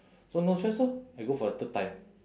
so no choice lor I go for the third time